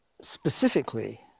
specifically